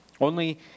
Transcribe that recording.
Only